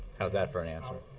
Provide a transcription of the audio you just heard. how's that for an answer?